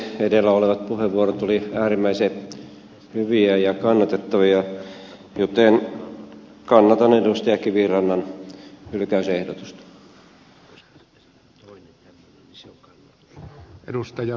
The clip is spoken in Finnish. edellä olevat puheenvuorot olivat äärimmäisen hyviä ja kannatettavia joten kannatan edustaja kivirannan hylkäysehdotusta